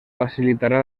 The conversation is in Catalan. facilitarà